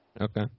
Okay